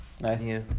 nice